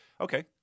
okay